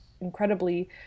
incredibly